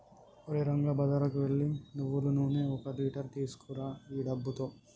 ఓరే రంగా బజారుకు ఎల్లి నువ్వులు నూనె ఒక లీటర్ తీసుకురా ఈ డబ్బుతో